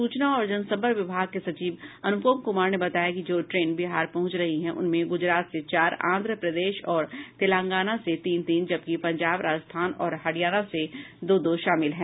सूचना और जनसंपर्क विभाग के सचिव अनुपम कुमार ने बताया कि जो ट्रेन बिहार पहुंच रही है उनमें गुजरात से चार आंध्र प्रदेश और तेलंगाना से तीन तीन जबकि पंजाब राजस्थान और हरियाणा से दो दो शामिल हैं